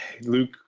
Luke